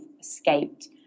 escaped